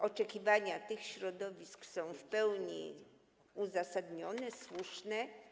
Oczekiwania tych środowisk są w pełni uzasadnione, słuszne.